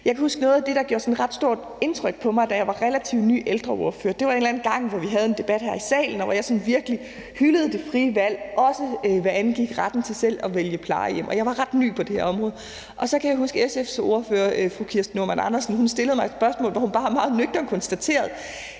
Jeg kan huske, at noget, der gjorde sådan ret stort indtryk på mig, da jeg var relativt ny ældreordfører, var en eller anden gang, hvor vi havde en debat her i salen, og hvor jeg virkelig hyldede det frie valg, også hvad angik retten til selv at vælge plejehjem. Jeg var ret ny på det her område. Og så kan jeg huske, at SF's ordfører, fru Kirsten Normann Andersen, stillede mig et spørgsmål, hvor hun bare meget nøgternt konstaterede: